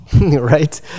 Right